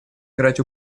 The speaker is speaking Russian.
играть